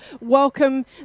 welcome